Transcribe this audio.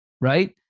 Right